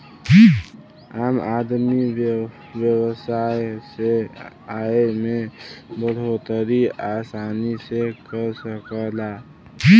आम आदमी व्यवसाय से आय में बढ़ोतरी आसानी से कर सकला